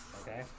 Okay